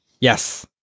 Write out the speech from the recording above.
Yes